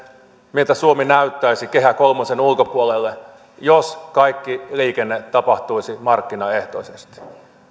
miltä suomi näyttäisi kehä kolmosen ulkopuolella jos kaikki liikenne tapahtuisi markkinaehtoisesti